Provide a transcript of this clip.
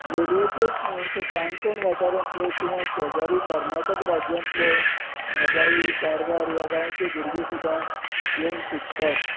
लोलयेंचेच न्हय तर काणकोण वाठारांतले किंवा शेजारी कर्नाटक राज्यातले माजाळीं कारवार ह्या गांवचे भुरगे सुद्दां येवन शिकतात